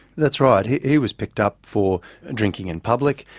that's right, he he was picked up for drinking in public.